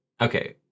Okay